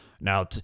now